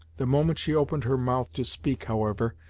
the moment she opened her mouth to speak, however,